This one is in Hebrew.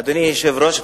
אדוני היושב-ראש,